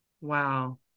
Wow